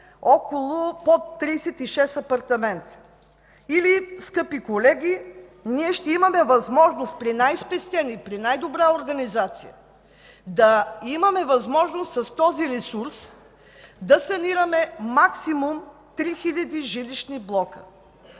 под 36 апартамента. Или, скъпи колеги, ние ще имаме възможност при най-спестени, при най-добра организация с този ресурс да санираме максимум 3 000 жилищни блока.